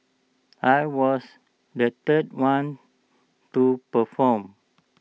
I was the third one to perform